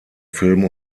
film